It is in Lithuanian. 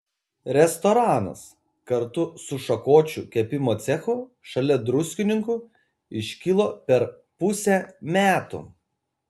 restoranas kartu su šakočių kepimo cechu šalia druskininkų iškilo per pusę metų